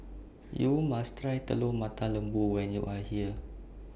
YOU must Try Telur Mata Lembu when YOU Are here